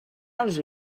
els